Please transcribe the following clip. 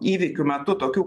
įvykių metu tokių